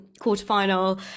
quarterfinal